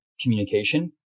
communication